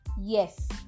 yes